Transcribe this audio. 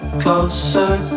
closer